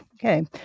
Okay